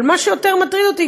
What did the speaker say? אבל מה שיותר מטריד אותי,